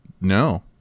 No